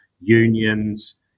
unions